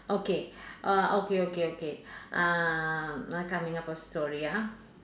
okay uh okay okay okay uh now coming up a story ah